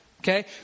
Okay